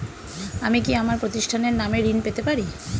আমি কি আমার প্রতিষ্ঠানের নামে ঋণ পেতে পারি?